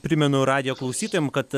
primenu radijo klausytojam kad